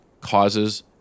causes